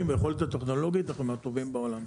ויכולת הטכנולוגית אנחנו מהטובים בעולם.